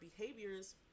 behaviors